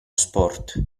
sport